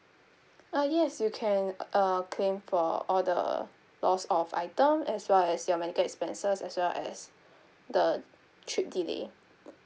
uh yes you can uh claim for all the loss of item as well as your medical expenses as well as the trip delay